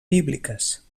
bíbliques